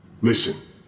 Listen